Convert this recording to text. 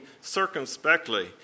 circumspectly